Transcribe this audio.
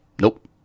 Nope